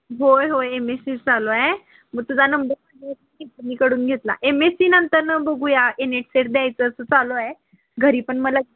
होय होय M S C चालू आहे मग तुझा नंबर कडून घेतला एम एस सीनंतरनं बघूया ए नेट सेट द्यायचं असं चालू आहे घरी पण मला